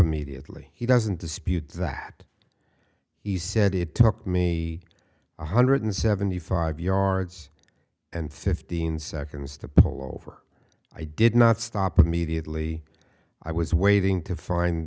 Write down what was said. immediately he doesn't dispute that he said it took me one hundred seventy five yards and fifteen seconds to pull over i did not stop immediately i was waiting to find